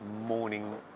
Morning